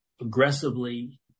aggressively